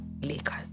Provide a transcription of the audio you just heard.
Lakers